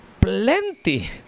plenty